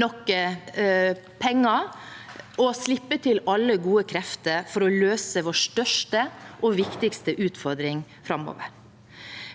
nok penger og slipper til alle gode krefter for å løse vår største og viktigste utfordring framover.